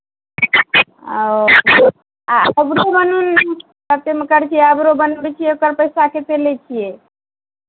आ ओ आइबरो बनेनाइ कतेकमे करै छियै आइबरो बनबै छियै ओकर पैसा कतेक लै छियै